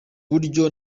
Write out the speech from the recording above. buryo